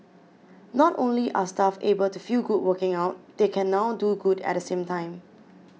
not only are staff able to feel good working out they can now do good at the same time